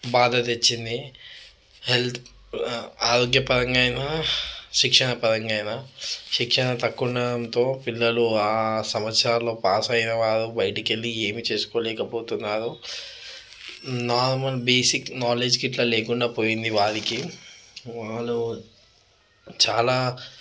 బాధ తెచ్చింది హెల్త్ ఆరోగ్యపరంగా అయినా శిక్షణ పరంగా అయినా శిక్షణ తక్కువ ఉండటంతో పిల్లలు ఆ సంవత్సరాల్లో పాసయ్యేవాళ్ళు బయటికి వెళ్ళి ఏమీ చేసుకోలేకపోతున్నారు నార్మల్ బేసిక్ నాలెడ్జ్ గిట్లా లేకుండా పోయింది వారికి వాళ్ళు చాలా